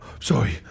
Sorry